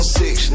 six